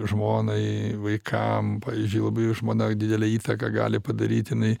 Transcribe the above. žmonai vaikam pavyzdžiui labai žmona didelę įtaką gali padaryt jinai